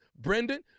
Brendan